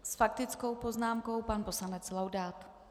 S faktickou poznámkou pan poslanec Laudát.